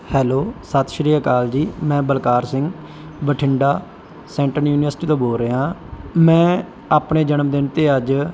hello Sat Sri Akal ਜੀ ਮੈਂ Balkar Singh Bathinda central university ਤੋਂ ਬੋਲ ਰਿਹਾ ਹਾਂ ਮੈਂ ਆਪਣੇ ਜਨਮਦਿਨ 'ਤੇ ਅੱਜ